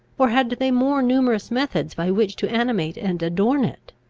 or had they more numerous methods by which to animate and adorn it?